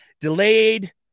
delayed